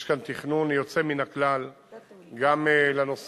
יש כאן תכנון יוצא מן הכלל גם לנושא